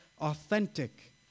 authentic